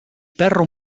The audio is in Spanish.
perro